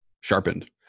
sharpened